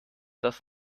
das